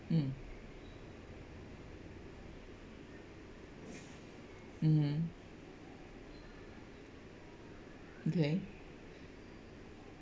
mm mmhmm okay